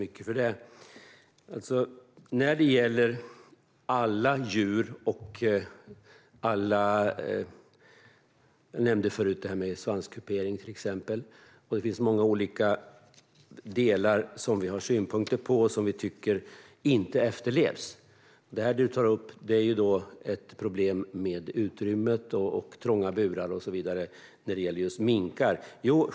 Herr talman! Jag nämnde förut detta med svanskupering, till exempel. Det finns många olika delar som vi har synpunkter på och som vi tycker inte efterlevs. Jens Holm tar upp problem med utrymmet, trånga burar och så vidare när det gäller just minkar.